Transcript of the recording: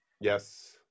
yes